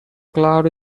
cloud